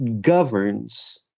governs